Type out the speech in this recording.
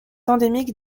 endémique